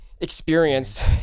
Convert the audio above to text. experienced